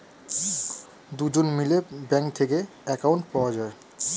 দুজন মিলে ব্যাঙ্ক থেকে অ্যাকাউন্ট পাওয়া যায়